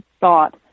thought